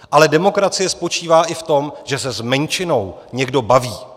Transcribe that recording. Ale demokracie spočívá i v tom, že se s menšinou někdo baví.